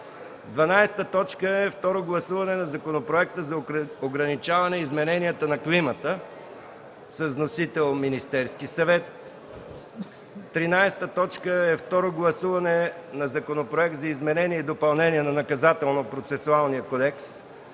12. Второ гласуване на Законопроекта за ограничаване изменението на климата. Вносител – Министерският съвет, продължение. 13. Второ гласуване на Законопроекта за изменение и допълнение на Наказателнопроцесуалния кодекс.